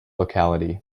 locality